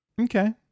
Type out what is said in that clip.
Okay